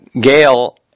Gail